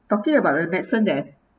talking about the medicine that